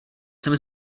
jsem